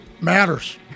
Matters